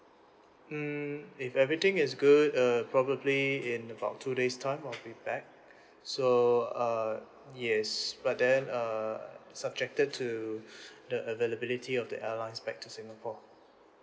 mm if everything is good uh probably in about two days time I'll be back so err yes but then err subjected to the availability of the airlines back to singapore